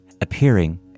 appearing